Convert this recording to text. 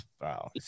wow